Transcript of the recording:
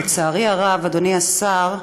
לצערי הרב, אדוני השר,